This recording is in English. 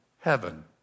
heaven